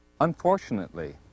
Unfortunately